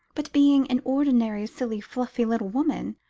but being an ordinary silly, fluffy, little woman,